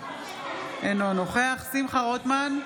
אינו נוכח שמחה רוטמן,